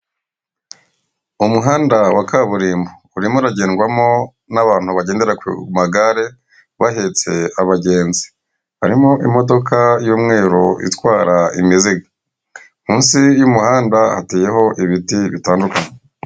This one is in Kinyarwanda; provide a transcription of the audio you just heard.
Umuhanda wa kaburimbo urimo uragendwamo n'abantu bagendera ku magare bahetse abagenzi harimo imodoka y'umweru itwara imizigo, munsi y'umuhanda hateyeho ibiti bitandukanye .